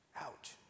ouch